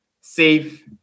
safe